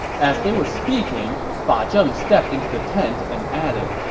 as they were speaking, fa zheng stepped into the tent and added,